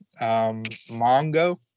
Mongo